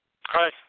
Hi